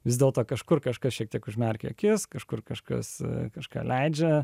vis dėlto kažkur kažkas šiek tiek užmerkė akis kažkur kažkas kažką leidžia